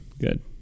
Good